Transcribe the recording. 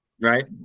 right